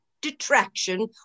detraction